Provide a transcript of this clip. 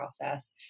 process